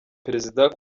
perezida